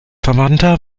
verwandter